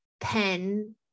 pen